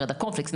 מרד הקורנפלקס,